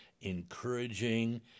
encouraging